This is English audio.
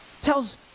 tells